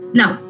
now